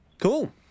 Cool